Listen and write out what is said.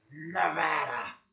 Nevada